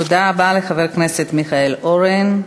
תודה רבה לחבר הכנסת מיכאל אורן.